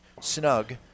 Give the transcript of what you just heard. snug